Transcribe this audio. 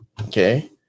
okay